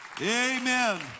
Amen